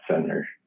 center